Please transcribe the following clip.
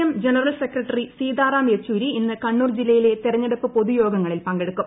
M general secretary Sitaram Yechury ഇന്ന് കണ്ണൂർ ജില്ലയിലെ ്തെരഞ്ഞെടുപ്പ് പൊതുയോഗങ്ങളിൽ പങ്കെടുക്കും